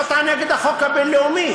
אז אתה נגד החוק הבין-לאומי.